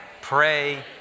pray